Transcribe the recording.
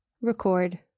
record